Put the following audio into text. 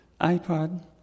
iPod